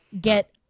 Get